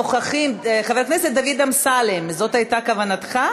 נוכחים, חבר הכנסת דוד אמסלם, זאת הייתה כוונתך?